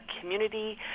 community